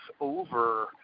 over